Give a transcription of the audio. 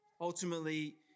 ultimately